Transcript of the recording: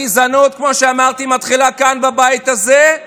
כמו שאמרתי, הגזענות מתחילה כאן, בבית הזה.